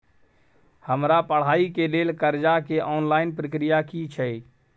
हमरा पढ़ाई के लेल कर्जा के ऑनलाइन प्रक्रिया की छै?